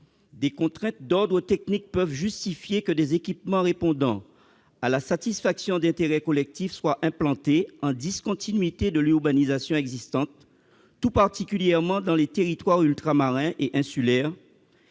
des contraintes d'ordre technique peuvent justifier que des équipements répondant à la satisfaction d'intérêts collectifs soient implantés en discontinuité de l'urbanisation existante, tout particulièrement dans les territoires ultramarins et insulaires,